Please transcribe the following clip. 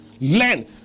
learn